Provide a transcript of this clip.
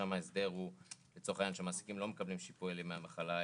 ששם ההסדר שמעסיקים לא מקבלים שיפוי על ימי המחלה האלה,